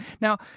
Now